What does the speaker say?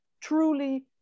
truly